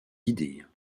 guidées